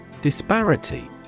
Disparity